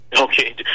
Okay